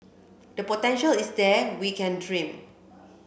the potential is there we can dream